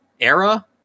Era